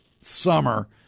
summer